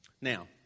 Now